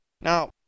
Now